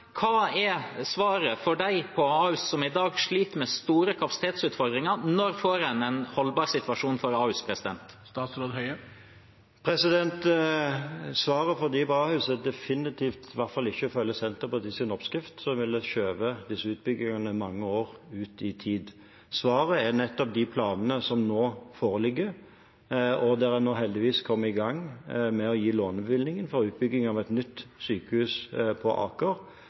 Hva er svaret for dem på Ahus som i dag sliter med store kapasitetsutfordringer? Når får en en holdbar situasjon for Ahus? Svaret for dem på Ahus er definitivt i hvert fall ikke å følge Senterpartiets oppskrift, som ville skjøvet disse utbyggingene mange år ut i tid. Svaret er nettopp de planene som nå foreligger, og man er nå heldigvis kommet i gang med å gi lånebevilgninger for utbygging av et nytt sykehus på Aker,